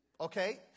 Okay